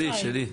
התיק שלי.